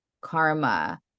karma